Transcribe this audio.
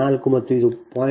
4 ಮತ್ತು ಇದು 0